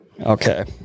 Okay